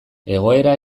egoera